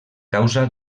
causa